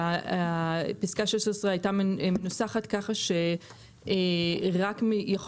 שפסקה (16) הייתה מנוסחת ככה שרק יכול